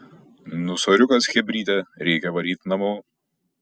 nu soriukas chebryte reikia varyt namo